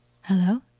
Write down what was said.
Hello